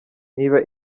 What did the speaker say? niba